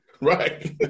right